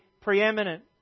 preeminent